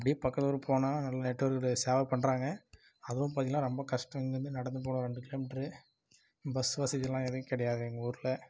அப்படியே பக்கத்து ஊர் போனால் நல்ல நெட்வொர்க் சேவை பண்ணுறாங்க அதுவும் பார்த்திங்ள்னா ரொம்ப கஷ்டம் இங்கேருந்து நடந்து போகணும் ரெண்டு கிலோமீட்டரு பஸ் வசதிலாம் ஏதும் கிடையாது எங்கள் ஊரில்